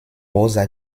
rosa